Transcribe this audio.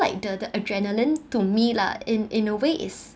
like the the adrenaline to me lah in in a way is